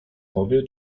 powie